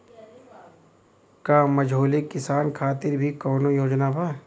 का मझोले किसान खातिर भी कौनो योजना बा?